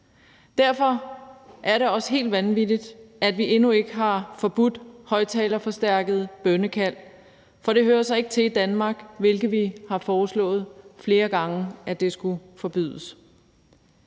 Derfor er det også helt vanvittigt, at vi endnu ikke har forbudt højtalerforstærkede bønnekald, for det hører sig ikke til i Danmark. Vi har foreslået flere gange, at det skulle forbydes.